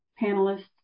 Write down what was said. panelists